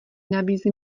nabízí